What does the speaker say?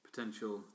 Potential